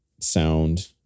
sound